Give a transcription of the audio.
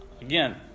again